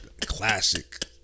Classic